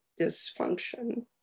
dysfunction